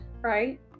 right